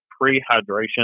pre-hydration